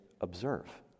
observe